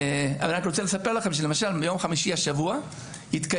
אני רק רוצה לספר לכם שלמשל ביום חמישי השבוע יתקיים